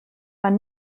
man